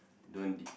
don't de~